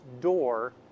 Door